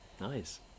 Nice